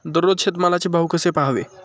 दररोज शेतमालाचे भाव कसे पहावे?